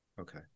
Okay